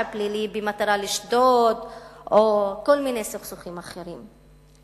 פלילי במטרה לשדוד או כל מיני סכסוכים אחרים.